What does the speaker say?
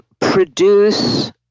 produce